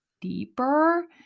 deeper